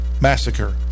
massacre